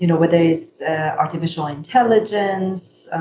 you know whether it is artificial intelligence,